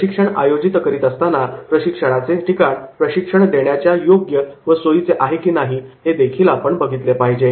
प्रशिक्षण आयोजित करीत असताना प्रशिक्षणाचे ठिकाण प्रशिक्षण देण्याकरता योग्य व सोयीची आहे की नाही हे देखील आपण बघितले पाहिजे